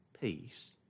peace